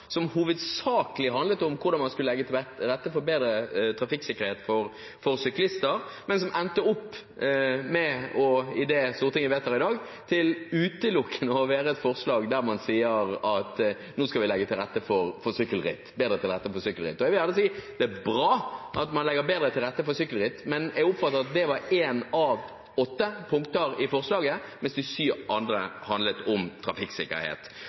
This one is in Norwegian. som hovedsakelig handler om hvordan man skal legge til rette for bedre trafikksikkerhet for syklister, men som ender opp med det som Stortinget vedtar i dag, med utelukkende å være et forslag der man sier at nå skal man legge bedre til rette for sykkelritt. Jeg vil gjerne si at det er bra at man legger bedre til rette for sykkelritt, men jeg oppfattet at det er ett av sju punkter i forslaget, mens de seks andre handler om trafikksikkerhet.